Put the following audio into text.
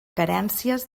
carències